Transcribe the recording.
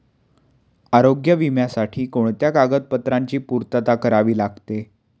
आरोग्य विम्यासाठी कोणत्या कागदपत्रांची पूर्तता करावी लागते?